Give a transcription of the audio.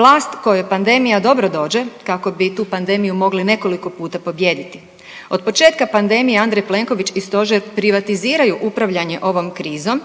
vlast kojoj pandemija dobro dođe kako bi tu pandemiju mogli nekoliko puta pobijediti. Od početka pandemije Andrej Plenković i stožer privatiziraju upravljanje ovom krizom